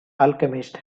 alchemist